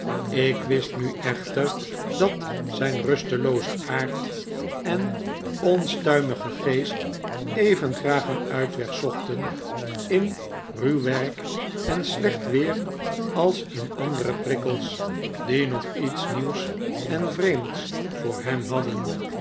ik wist nu echter dat zijn rustelooze aard en bnstuimige geest even graag een uitweg zochten in ruw werk en slecht weer als in andere prikkels die nog iets nieuws en vreemds voor hem hadden